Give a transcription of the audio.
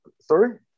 Sorry